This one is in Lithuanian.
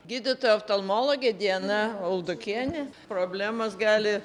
gydytoja oftalmologė diana aldokienė problemos gali